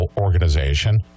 organization